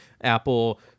Apple